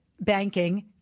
banking